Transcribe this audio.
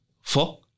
Four